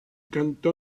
cantó